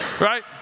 Right